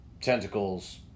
tentacles